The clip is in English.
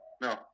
no